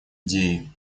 идеи